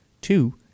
two